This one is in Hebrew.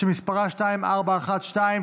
שמספרה 2412,